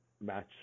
match